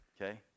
okay